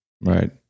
Right